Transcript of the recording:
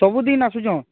ସବୁ ଦିନ ଆସୁଛନ୍ତି